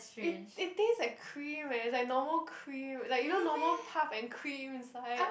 it it tastes like cream eh it's like normal cream like you know normal puff and cream inside